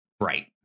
Right